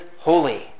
holy